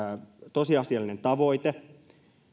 tosiasiallinen tavoite